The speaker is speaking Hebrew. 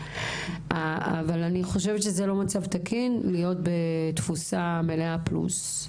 אבל לדעתי זה לא מצב תקין להיות בתפוסה של מאה אחוז פלוס.